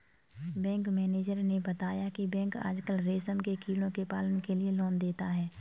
bank manager ने बताया की बैंक आजकल रेशम के कीड़ों के पालन के लिए लोन देता है